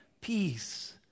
peace